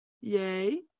yay